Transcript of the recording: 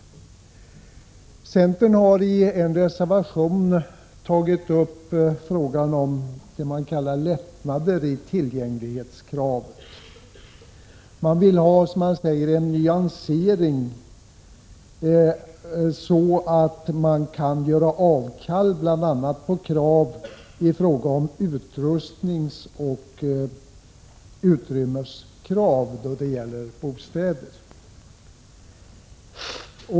Centern har i en reservation tagit upp frågan om vad man kallar lättnader i tillgänglighetskravet. Man vill, som man säger, ha en nyansering, så att det kan göras avkall bl.a. på krav i fråga om utrustningsoch utrymmesstandard för bostäder.